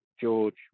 George